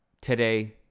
today